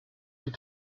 die